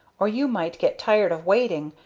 or you might get tired of waiting,